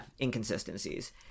inconsistencies